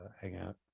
hangout